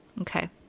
okay